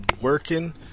working